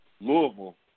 Louisville